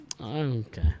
Okay